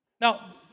now